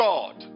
God